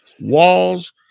walls